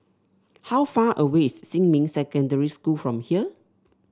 how far away is Xinmin Secondary School from here